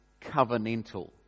covenantal